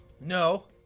No